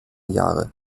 jahre